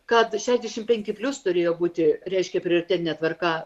kad šešiasdešimt penkti plius turėjo būti reiškia prioritetine tvarka